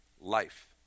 life